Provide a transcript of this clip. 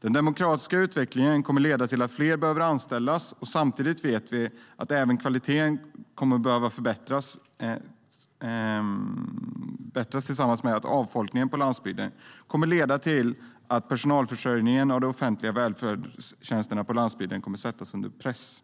Den demografiska utvecklingen kommer att leda till att fler behöver anställas. Samtidigt vet vi att även kvaliteten kommer att behöva förbättras, vilket tillsammans med avfolkningen på landsbygden kommer att leda till att personalförsörjningen inom de offentliga välfärdstjänsterna på landsbygden sätts under press.